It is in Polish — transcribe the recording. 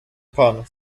pan